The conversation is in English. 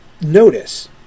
notice